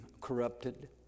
corrupted